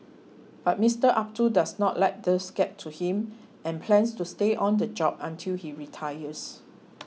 but Mister Abdul does not let these get to him and plans to stay on the job until he retires